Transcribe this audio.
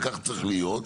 וכך צריך להיות.